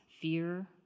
fear